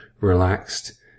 relaxed